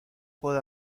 juego